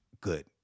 good